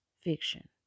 fiction